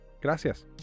Gracias